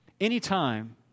Anytime